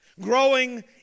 growing